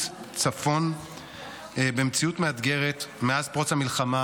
צפון במציאות מאתגרת מאז פרוץ מלחמת